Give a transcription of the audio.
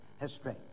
history